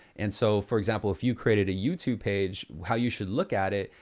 and so for example, if you created a youtube page, how you should look at it,